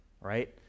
right